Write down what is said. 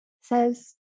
says